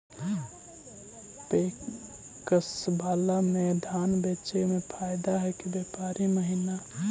PACS बाला में धान बेचे मे फायदा है कि व्यापारी महिना?